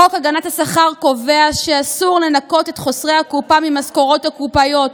חוק הגנת השכר קובע שאסור לנכות את חוסרי הקופה ממשכורות הקופאיות,